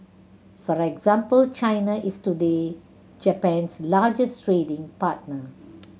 for example China is today Japan's largest trading partner